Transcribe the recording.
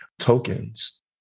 tokens